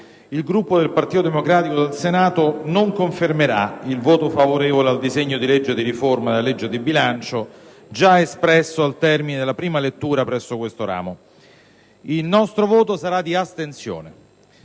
il Gruppo del Partito Democratico del Senato non confermerà il voto favorevole al disegno di legge di riforma della legge di bilancio già espresso al termine della prima lettura presso questo ramo del Parlamento. Il nostro voto sarà di astensione.